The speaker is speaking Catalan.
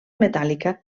metàl·lica